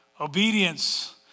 Obedience